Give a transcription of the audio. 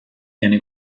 viene